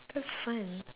looks fun